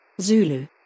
Zulu